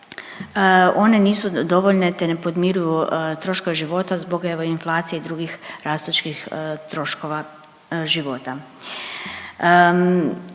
one nisu dovoljne, te ne podmiruju troškove života zbog evo inflacije i drugih rastućih troškova života.